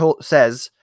says